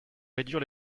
réduire